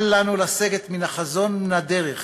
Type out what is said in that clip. אל לנו לסגת מן החזון ומן הדרך